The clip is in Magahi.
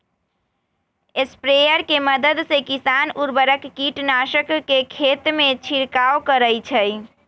स्प्रेयर के मदद से किसान उर्वरक, कीटनाशक के खेतमें छिड़काव करई छई